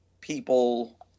people